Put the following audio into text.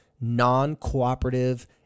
non-cooperative